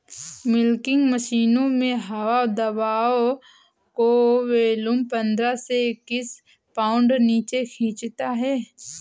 milking मशीनों में हवा दबाव को वैक्यूम पंद्रह से इक्कीस पाउंड नीचे खींचता है